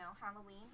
Halloween